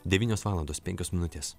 devynios valandos penkios minutės